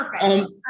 Perfect